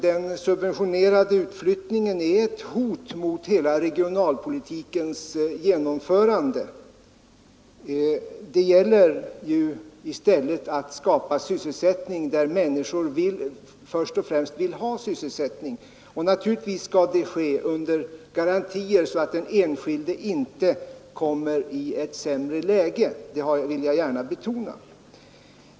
Den subventionerade utflyttningen är ett hot mot regionalpolitikens genomförande. Det gäller i stället att först och främst skapa sysselsättning där människor vill ha sysselsättning. Naturligtvis skall det ske under garantier, så att den enskilde inte kommer i ett sämre läge, det vill jag gärna betona.